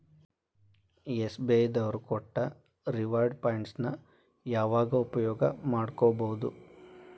SBI ದವ್ರು ಕೊಟ್ಟ reward points ನ ಯಾವಾಗ ಉಪಯೋಗ ಮಾಡ್ಕೋಬಹುದು?